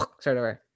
Sorry